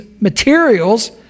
materials